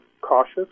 cautious